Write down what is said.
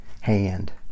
hand